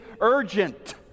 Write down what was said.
urgent